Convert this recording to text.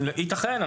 יתכן.